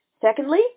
Secondly